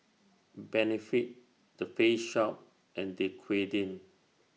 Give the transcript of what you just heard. Benefit The Face Shop and Dequadin